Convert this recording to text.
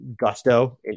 gusto